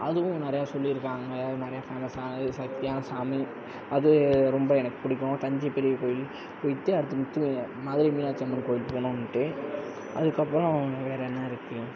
அதுவும் நிறையா சொல்லியிருக்காங்க நிறையா ஃபேமஸ்ஸானது சத்தியான சாமி அது ரொம்ப எனக்கு பிடிக்கும் தஞ்சை பெரிய கோயில் போயிவிட்டு அடுத்து முத்து மதுரை மீனாட்சி அம்மன் கோயில் போனுன்ட்டு அதுக்கு அப்புறோம் வேறு என்ன இருக்கு